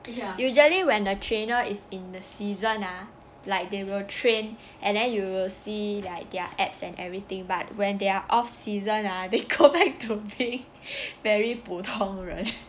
usually when the trainer is in the season ah like they will train and then you will see like their abs and everything but when they are off season ah they go back to being very 普通人